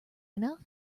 enough